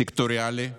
סקטוריאלי,